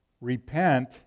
Repent